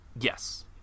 Yes